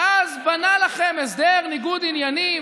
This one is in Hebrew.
ואז בנה לכם הסדר ניגוד עניינים.